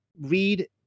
read